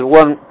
one